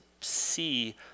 see